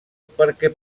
perquè